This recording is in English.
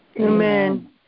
Amen